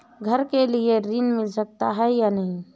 घर के लिए ऋण मिल सकता है या नहीं?